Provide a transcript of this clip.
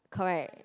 correct